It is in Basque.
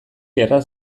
erraz